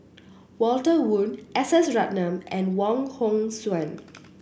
Walter Woon S S Ratnam and Wong Hong Suen